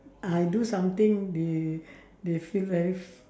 I do something they they feel very f~